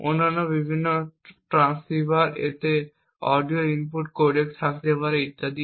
অন্যান্য বিভিন্ন ট্রান্সসিভার এতে অডিও ইনপুট কোডেক থাকতে পারে ইত্যাদি